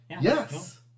Yes